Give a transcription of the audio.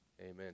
Amen